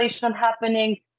happening